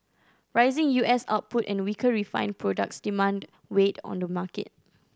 rising U S output and weaker refined products demand weighed on the market